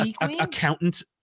accountant